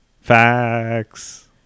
Facts